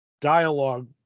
dialogue